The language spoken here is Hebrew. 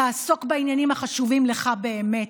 תעסוק בעניינים החשובים לך באמת,